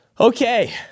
Okay